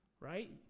Right